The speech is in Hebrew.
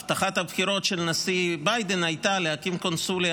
הבטחת הבחירות של הנשיא ביידן הייתה להקים קונסוליה